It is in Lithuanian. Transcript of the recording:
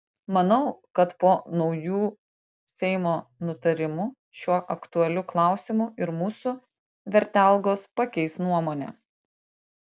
manau kad po naujų seimo nutarimų šiuo aktualiu klausimu ir mūsų vertelgos pakeis nuomonę